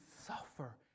suffer